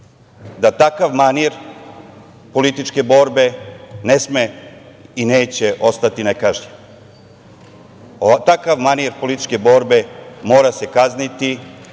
da takav manir političke borbe ne sme i neće ostati nekažnjen. Takav manir političke borbe mora se kazniti